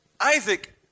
Isaac